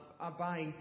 abide